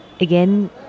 again